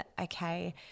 okay